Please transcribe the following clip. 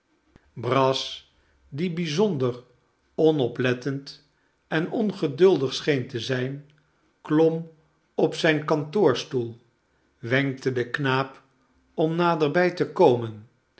brass die bijzonder onoplettend en ongeduldig scheen te zijn klom op zijn kantoorstoel wenkte den knaap om naderbij te komen